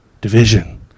division